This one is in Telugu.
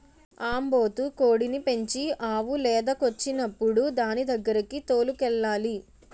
ఆంబోతు కోడిని పెంచి ఆవు లేదకొచ్చినప్పుడు దానిదగ్గరకి తోలుకెళ్లాలి